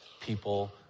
people